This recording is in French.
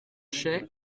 chaix